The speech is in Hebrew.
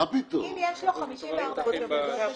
אם יש לו 54,000 לידות בשנה,